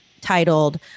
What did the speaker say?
titled